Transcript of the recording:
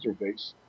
interface